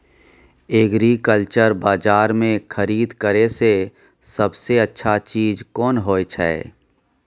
Agriculture बाजार में खरीद करे से सबसे अच्छा चीज कोन होय छै?